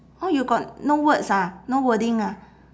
orh you got no words ah no wording ah